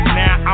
now